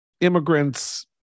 immigrants